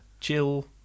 Chill